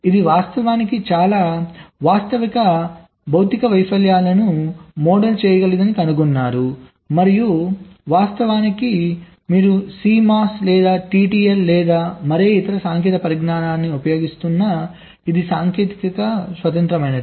ఇది వాస్తవానికి చాలా వాస్తవిక శారీరక వైఫల్యాలను మోడల్ చేయగలదని కనుగొన్నారు మరియు వాస్తవానికి మీరు CMOS లేదా TTL లేదా మరే ఇతర సాంకేతిక పరిజ్ఞానాన్ని ఉపయోగిస్తున్నా ఇది సాంకేతికత స్వతంత్రమైనది